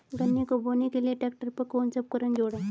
गन्ने को बोने के लिये ट्रैक्टर पर कौन सा उपकरण जोड़ें?